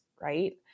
right